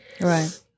Right